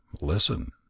Listen